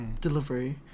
delivery